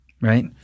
right